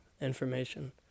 information